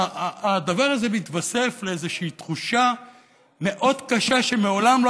הדבר הזה מתווסף לאיזושהי תחושה מאוד קשה שמעולם לא